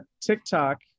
TikTok